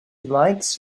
likes